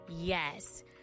Yes